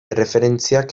erreferentziak